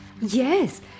Yes